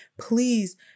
Please